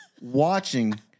watching